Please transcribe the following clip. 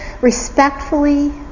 respectfully